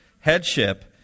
Headship